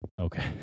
Okay